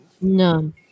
no